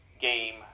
game